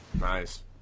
Nice